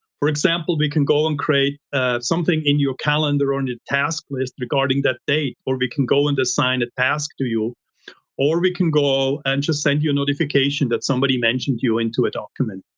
for example, we can go and create something in your calendar on your task list regarding that date. or we can go and sign a task to you or we can go and just send you a notification that somebody mentioned you into a document.